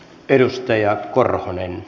arvoisa puhemies